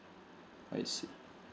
I see